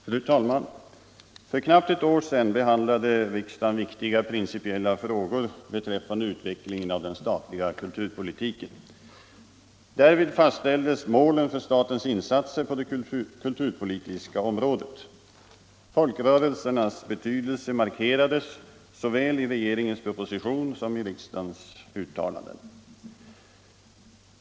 Fru talman! För knappt ett år sedan behandlade riksdagen viktiga principiella frågor beträffande utvecklingen av den statliga kulturpolitiken. Därvid fastställdes målen för statens insatser på det kulturpolitiska området. Folkrörelsernas betydelse markerades såväl i regeringens proposition som i riksdagens uttalanden.